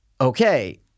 okay